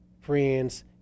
friends